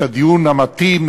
את הדיון המתאים,